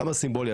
כמה סימבולי.